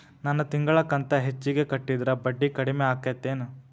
ನನ್ ತಿಂಗಳ ಕಂತ ಹೆಚ್ಚಿಗೆ ಕಟ್ಟಿದ್ರ ಬಡ್ಡಿ ಕಡಿಮಿ ಆಕ್ಕೆತೇನು?